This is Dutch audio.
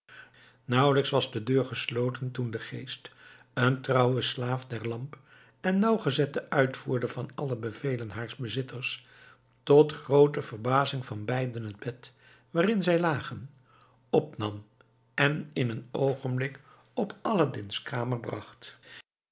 nauwelijks was de deur gesloten toen de geest een trouwe slaaf der lamp en nauwgezette uitvoerder van alle bevelen haars bezitters tot groote verbazing van beiden het bed waarin zij lagen opnam en in een oogenblik op aladdin's kamer bracht